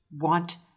want